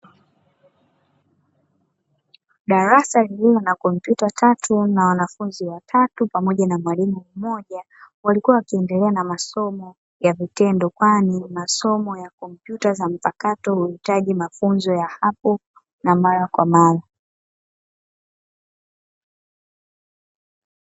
Darasa lililo na kompyuta tatu na wanafunzi watatu pamoja na mwalimu mmoja, walikuwa wakiendelea na masomo ya vitendo kwani masomo ya kompyuta za mpakato huhitaji mafunzo ya hapo na mara kwa mara.